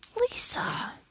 Lisa